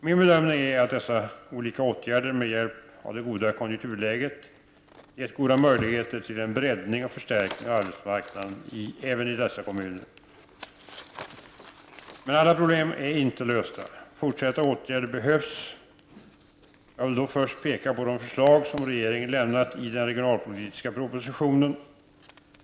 Min bedömning är att dessa olika åtgärder, med hjälp av det goda kon junkturläget, gett goda möjligheter till en breddning och FOSIE av arbetsmarknaden även i dessa kommuner. Men alla problem är inte lösta. Fortsatta åtgärder behövs. Jag vill då först peka på de förslag som regeringen lämnat i den regionalpolitiska propositionen .